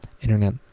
internet